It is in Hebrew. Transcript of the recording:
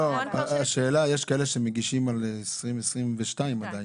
לא, השאלה, יש כאלה שמגישים על 2022 עדיין.